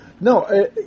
no